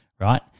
right